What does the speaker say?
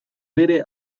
bere